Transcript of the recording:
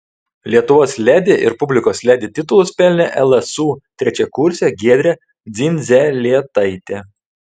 lietuvos ledi ir publikos ledi titulus pelnė lsu trečiakursė giedrė dzindzelėtaitė